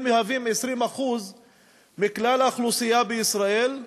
מהווים 20% מכלל האוכלוסייה בישראל,